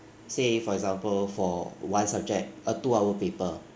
say for example for one subject a two hour paper